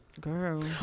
Girl